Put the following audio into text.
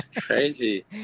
Crazy